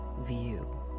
view